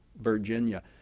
Virginia